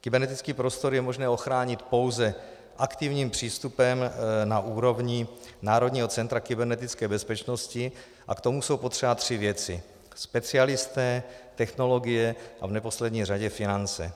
Kybernetický prostor je možné ochránit pouze aktivním přístupem na úrovni Národního centra kybernetické bezpečnosti a k tomu jsou potřeba tři věci specialisté, technologie a v neposlední řadě finance.